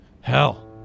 hell